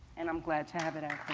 and i'm glad to have it and